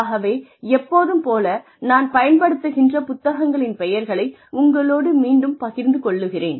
ஆகவே எப்போதும் போல நான் பயன்படுத்துகின்ற புத்தகங்களின் பெயர்களை உங்களோடு மீண்டும் பகிர்ந்து கொள்கிறேன்